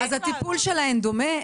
אז הטיפול שלהן דומה?